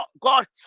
God